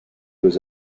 was